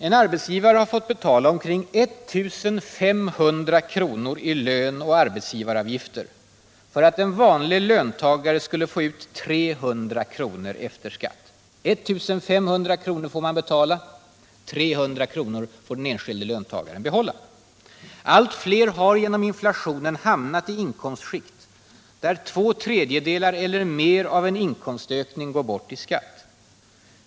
En arbetsgivare har fått betala omkring 1 500 kr. i lön och arbetsgivaravgifter för att en vanlig löntagare skulle få ut 300 kr. efter skatt. Allt fler har genom inflationen hamnat i inkomstskikt där två tredjedelar eller mer av en inkomstökning går bort i skatt.